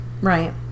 Right